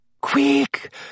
Quick